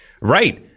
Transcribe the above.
Right